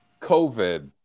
COVID